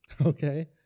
Okay